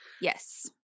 Yes